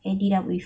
ate it up with